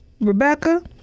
Rebecca